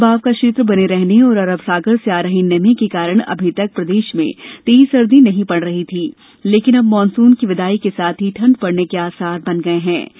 कम दवाब का क्षेत्र बने रहने और अरब सागर से आ रही नमी के कारण अभी तक प्रदेश में तेज सर्दी नहीं पड़ रही थी लेकिन अब मानसून की विदाई के साथ ही ठण्ड बढ़ने के आसार बन गये हैं